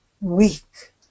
weak